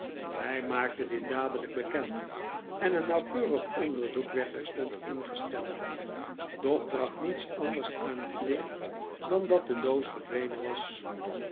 hij maakte dit dadelijk bekend en een nauwkeurig onderzoek werdterstondingesteld doch bracht niets anders aan het licht dan dat de doos verdwenen was